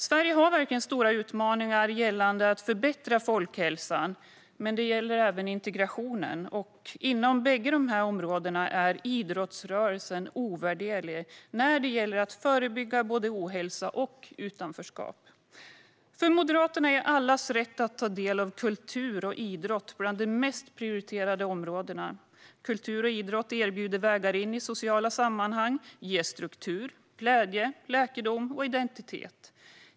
Sverige har verkligen stora utmaningar när det gäller att förbättra folkhälsan, men det gäller även integrationen. Inom bägge områdena är idrottsrörelsen ovärderlig när det gäller att förebygga både ohälsa och utanförskap. För Moderaterna är allas rätt att ta del av kultur och idrott bland de mest prioriterade områdena. Kultur och idrott erbjuder vägar in i sociala sammanhang och ger struktur, glädje, läkedom och identitet.